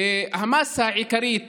המאסה העיקרית